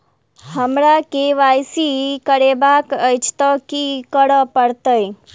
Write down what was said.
हमरा केँ Y C करेवाक अछि तऽ की करऽ पड़तै?